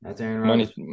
Money